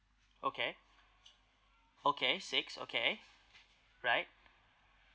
okay okay six okay right